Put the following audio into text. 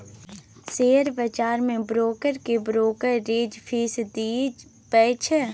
share बजार मे broker केँ ब्रोकरेज फीस दियै परै छै